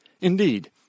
Indeed